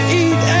eat